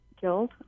killed